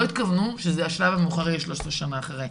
לא התכוונו שהשלב המאוחר יהיה 13 שנים אחרי.